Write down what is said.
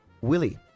Willie